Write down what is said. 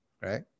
right